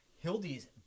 Hildy's